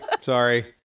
sorry